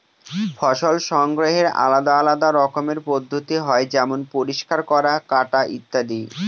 ফসল সংগ্রহের আলাদা আলদা রকমের পদ্ধতি হয় যেমন পরিষ্কার করা, কাটা ইত্যাদি